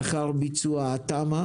לאחר ביצוע התמ"א